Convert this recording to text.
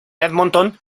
edmonton